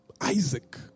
Isaac